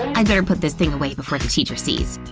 i'd better put this thing away before the teacher sees!